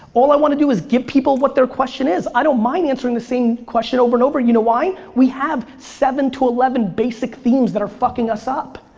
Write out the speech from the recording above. all i want to do is give people what their question is. i don't mind answering the same question over and over, you know why? we have seven to eleven basic themes that are fucking us up.